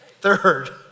Third